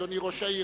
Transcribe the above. אדוני ראש העיר,